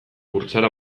burtsara